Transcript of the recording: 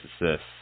assists